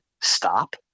stop